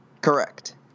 Correct